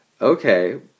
Okay